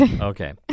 Okay